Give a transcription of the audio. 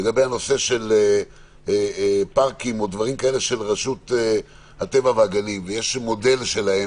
לגבי פארקים של רשות הטבע והגנים ויש להם מודל להם